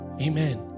Amen